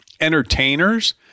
entertainers